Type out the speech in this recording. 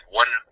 one